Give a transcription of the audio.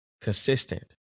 consistent